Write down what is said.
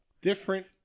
Different